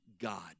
God